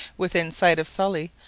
within sight of sully,